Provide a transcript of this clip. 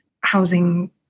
housing